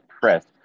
press